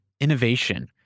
innovation